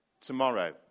tomorrow